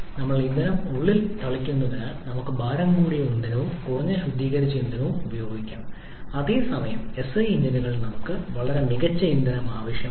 ഞങ്ങൾ ഇന്ധനം ഉള്ളിൽ തളിക്കുന്നതിനാൽ നമുക്ക് ഭാരം കൂടിയ ഇന്ധനവും കുറഞ്ഞ ശുദ്ധീകരിച്ച ഇന്ധനവും ഉപയോഗിക്കാം അതേസമയം എസ്ഐ എഞ്ചിനുകളിൽ നമുക്ക് വളരെ മികച്ച ഇന്ധനം ആവശ്യമാണ്